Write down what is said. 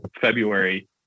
February